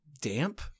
damp